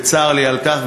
וצר לי על כך,